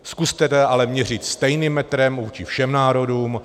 Zkuste tedy ale měřit stejným metrem vůči všem národům.